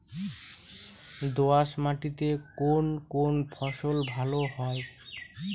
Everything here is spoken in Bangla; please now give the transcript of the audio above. দোঁয়াশ মাটিতে কোন কোন ফসল ভালো হয়?